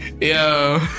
Yo